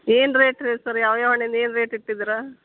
ಏನು ರೇಟ್ ರಿ ಸರ್ ಯಾವ ಯಾವ ಹಣ್ಣಿನ್ದು ಏನು ರೇಟ್ ಇಟ್ಟಿದ್ದೀರಾ